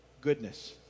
Goodness